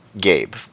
Gabe